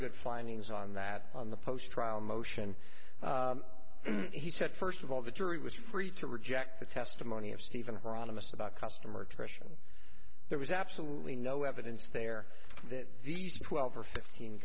good findings on that on the post trial motion he said first of all the jury was free to reject the testimony of even her honest about customer expression there was absolutely no evidence there that these twelve or fifteen